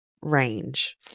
range